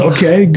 Okay